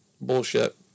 bullshit